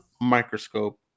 microscope